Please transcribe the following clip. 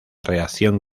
reacción